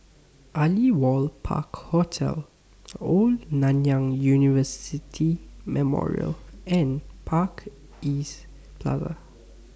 Aliwal Park Hotel Old Nanyang University Memorial and Park East Plaza